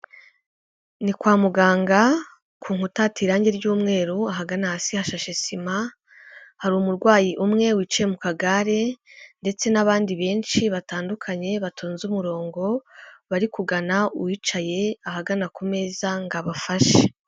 Ni kwa muganga, ku nkutata irangi ry'umweru ahagana hasi hashashe sima, hari umurwayi umwe wicaye mu kagare ndetse n'abandi benshi batandukanye batonze umurongo bari kugana uwicaye ahagana ku meza ngo abafashe.